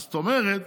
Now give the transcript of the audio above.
זאת אומרת,